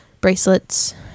bracelets